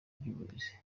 ry’uburezi